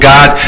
God